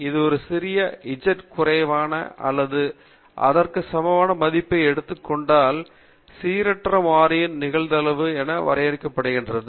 இது சிறிய z க்கும் குறைவான அல்லது அதற்கு சமமான மதிப்பை எடுத்துக் கொண்ட சீரற்ற மாறியின் நிகழ்தகவு என வரையறுக்கப்படுகிறது